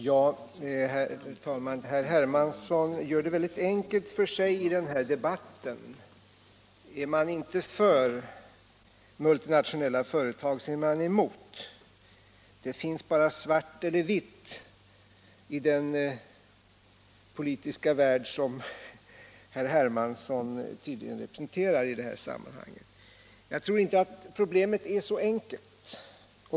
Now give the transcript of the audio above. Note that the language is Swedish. Herr talman! Herr Hermansson gör det väldigt enkelt för sig i den här debatten. Är man inte för multinationella företag så är man emot dem. Det finns bara svart eller vitt i den politiska värld som herr Hermansson representerar. Jag tror inte att problemet är så enkelt.